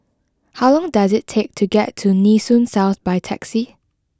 how long does it take to get to Nee Soon South by taxi